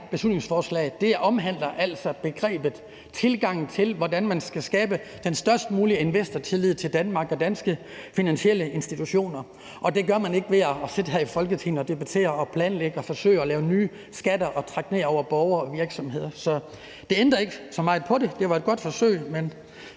beslutningsforslag omhandler altså tilgangen til, hvordan man skal skabe den størst mulige investortillid til Danmark og danske finansielle institutioner, og det gør man ikke ved at sidde her i Folketinget og debattere, planlægge og forsøge at lave nye skatter, som man kan trække ned over borgere og virksomheder. Så det ændrer ikke så meget på det. Det var et godt forsøg, men